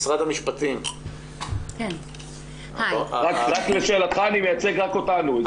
לשאלתך, אני מייצג רק אותנו.